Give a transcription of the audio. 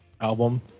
album